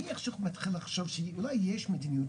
נניח שאנחנו מתחילים לחשוב שאולי ישנה מדיניות,